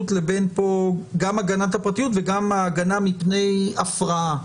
לבין גם הגנת הפרטיות וגם ההגנה מפני הפרעה.